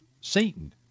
Satan